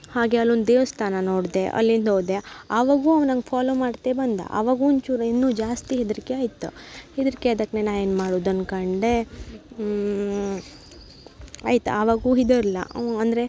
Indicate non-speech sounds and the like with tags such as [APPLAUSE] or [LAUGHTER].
ಹಾಗೆ ಅಲ್ಲೊಂದು ದೇವಸ್ಥಾನ ನೋಡಿದೆ ಅಲ್ಲಿಂದ ಹೋದೆ ಆವಾಗೂ ಅವ ನಂಗೆ ಫಾಲೋ ಮಾಡ್ತಾ ಬಂದ ಆವಾಗೂ ಒಂಚೂರು ಇನ್ನೂ ಜಾಸ್ತಿ ಹೆದರಿಕೆ ಆಯಿತು ಹೆದರಿಕೆ ಆದಾಕ್ನೆ ನಾ ಏನು ಮಾಡುದು ಅಂದ್ಕೊಂಡೆ ಆಯ್ತು ಆವಾಗ [UNINTELLIGIBLE] ಅವ ಅಂದರೆ